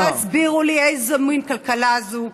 תסבירו לי, איזו מין כלכלה זו?